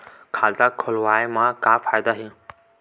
खाता खोलवाए मा का फायदा हे